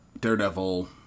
Daredevil